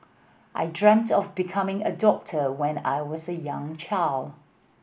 I dreamt of becoming a doctor when I was a young child